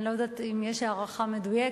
אני לא יודעת אם יש הערכה מדויקת,